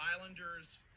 Islanders